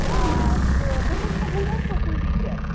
آ تہٕ بہٕ چھَس تُہٕنٛز حظ سکوٗل ٹیٖچَر